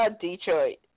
Detroit